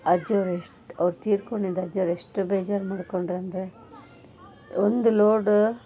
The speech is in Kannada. ಅಜ್ಜೋರು ಎಷ್ಟು ಅವ್ರು ತೀರ್ಕೊಂಡಿದ್ದು ಅಜ್ಜೋರು ಎಷ್ಟು ಬೇಜಾರು ಮಾಡ್ಕೊಂಡ್ರಂದರೆ ಒಂದು ಲೋಡು